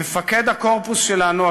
מפקד הקורפוס שלנו,